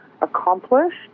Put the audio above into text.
accomplished